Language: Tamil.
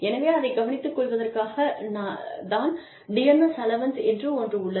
எனவே அதைக் கவனித்துக் கொள்வதற்காக தான் டியர்னஸ் அலவன்சஸ் என்று ஒன்று உள்ளது